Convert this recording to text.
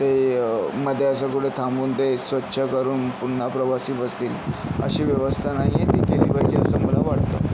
ते मध्ये असं कुठं थांबून ते स्वच्छ करून पुन्हा प्रवासी बसतील अशी व्यवस्था नाही आहे ते ती केली पाहिजे असं मला वाटतं